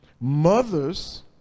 Mothers